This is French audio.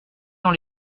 dans